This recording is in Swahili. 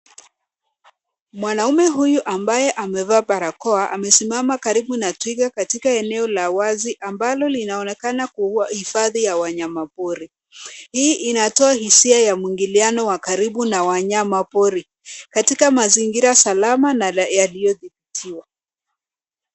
Mwanaume huyu ambaye amevaa barakoa amesimama karibu na twiga katika eneo la wazi ambalo linaonekana kuwa hifadhi ya wanyama pori ,Hii inatoa hisia ya mwingiliano wa karibu na wanyama pori katika mazingira salama na yaliyodhibitiwa.